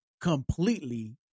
completely